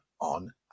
on